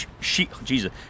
jesus